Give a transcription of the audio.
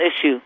issue